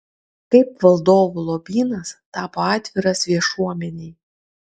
kaip valdovų lobynas tapo atviras viešuomenei